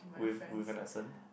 with with an accent